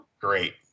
great